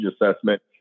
assessment